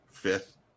fifth